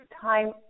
time